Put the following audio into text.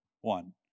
one